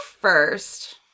first